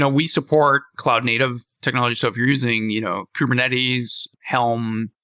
ah we support cloud native technology. so if you're using you know kubernetes, helm,